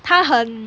他很